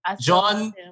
John